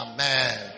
Amen